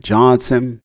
Johnson